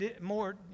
more